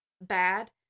bad